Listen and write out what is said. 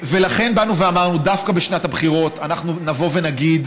ולכן באנו ואמרנו שדווקא בשנת הבחירות אנחנו נבוא ונגיד